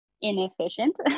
inefficient